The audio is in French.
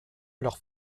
leur